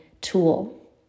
tool